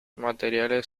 materiales